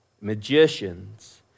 magicians